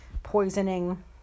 Poisoning